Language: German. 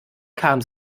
kam